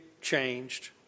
changed